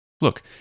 Look